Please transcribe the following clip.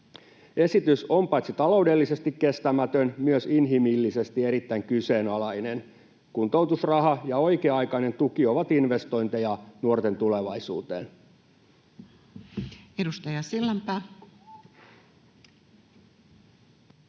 Esitys on paitsi taloudellisesti kestämätön myös inhimillisesti erittäin kyseenalainen. Kuntoutusraha ja oikea-aikainen tuki ovat investointeja nuorten tulevaisuuteen. [Speech